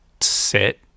sit